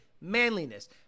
manliness